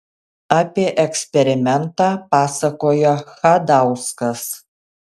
apie eksperimentą pasakojo chadauskas